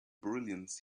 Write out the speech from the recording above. brilliance